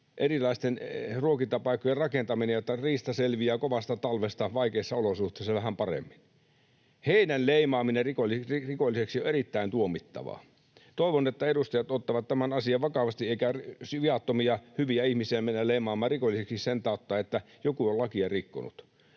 erilaisten ruokintapaikkojen rakentaminen, jotta riista selviää kovasta talvesta vaikeissa olosuhteissa vähän paremmin. Heidän leimaaminen rikollisiksi on erittäin tuomittavaa. Toivon, että edustajat ottavat tämän asian vakavasti eikä viattomia, hyviä ihmisiä mennä leimaamaan rikollisiksi sen tautta, että joku on lakia rikkonut.